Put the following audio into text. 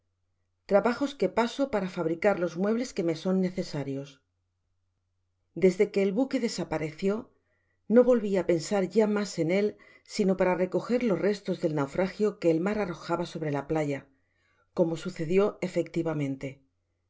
trabajos que paso para fabricar los muebles que me son neoesarios desde que el buque desaparecio no volvi á pensar ya mas en él sino para recoger los restos del naufragio que el mar arrojaba sobre la playa como sucedió efectivamente